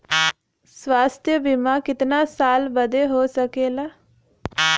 स्वास्थ्य बीमा कितना साल बदे हो सकेला?